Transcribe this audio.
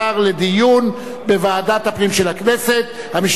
אותה לוועדת הפנים והגנת הסביבה נתקבלה.